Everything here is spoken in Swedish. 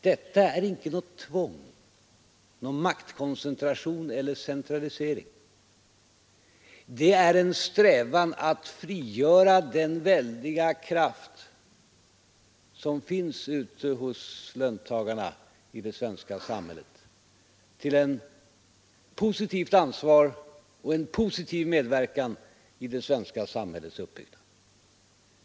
Detta är inte något tvång, någon maktkoncentration eller någon centralisering, utan det är en strävan att frigöra den väldiga kraft som finns hos löntagarna ute i det svenska samhället till ett positivt ansvar och en positiv medverkan i det svenska samhällets uppbyggnad.